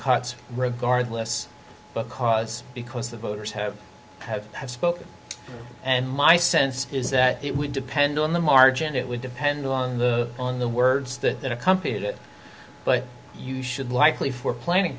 cuts regardless because because the voters have have have spoken and my sense is that it would depend on the margin it would depend on the on the words that accompanied it but you should likely for planning